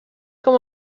com